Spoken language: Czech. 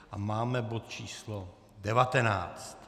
A máme bod č. 19.